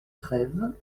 treyve